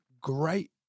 great